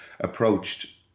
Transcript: approached